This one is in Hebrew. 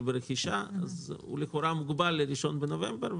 ברכישה אז לכאורה זה מוגבל ל-1 בנובמבר.